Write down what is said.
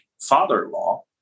father-in-law